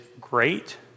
great